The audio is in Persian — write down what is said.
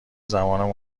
زمان